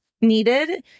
needed